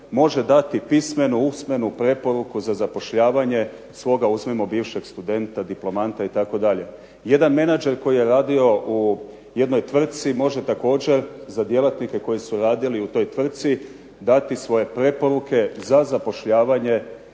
može dati pismenu, usmenu preporuku za zapošljavanje svoga, uzmimo bivšeg, studenta, diplomanta itd. Jedan menadžer koji je radio u jednoj tvrtci može također za djelatnike koji su radili u toj tvrtci dati svoje preporuke za zapošljavanje